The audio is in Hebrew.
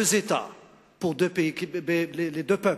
pour les deux peuples,